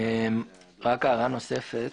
הערה נוספת,